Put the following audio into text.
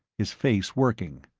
his face working.